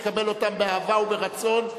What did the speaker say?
אקבל אותם באהבה וברצון.